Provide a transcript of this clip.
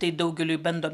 tai daugeliui bandom